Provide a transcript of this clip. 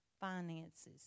finances